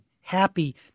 happy